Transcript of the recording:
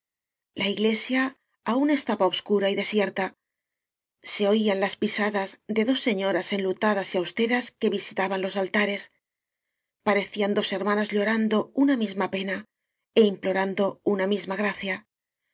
la iglesia aún estaba obscura y desierta se oían las pisadas de dos señoras enlutadas y austeras que visitaban los alta res parecían dos hermanas llorando una misma pena é implorando una misma gra